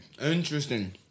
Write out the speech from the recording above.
Interesting